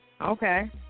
Okay